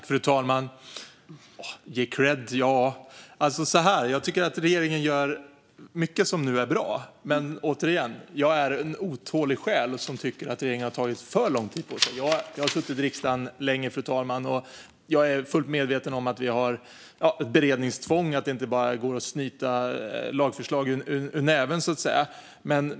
Fru talman! Ge kredd? Ja, jag tycker att regeringen nu gör mycket som är bra. Men återigen: Jag är en otålig själ som tycker att regeringen har tagit för lång tid på sig. Jag har suttit i riksdagen länge, fru talman, och är fullt medveten om att vi har ett beredningstvång och att det inte bara går att snyta lagförslag ur näven, så att säga.